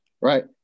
Right